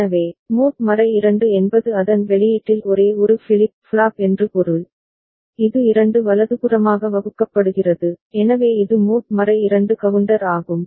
எனவே மோட் 2 என்பது அதன் வெளியீட்டில் ஒரே ஒரு ஃபிளிப் ஃப்ளாப் என்று பொருள் இது 2 வலதுபுறமாக வகுக்கப்படுகிறது எனவே இது மோட் 2 கவுண்டர் ஆகும்